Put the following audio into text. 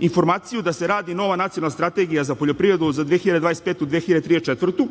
informaciju da se radi nova nacionalna strategija za poljoprivredu za 2025. – 2034.